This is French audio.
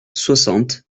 soixante